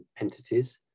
entities